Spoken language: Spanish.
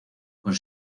con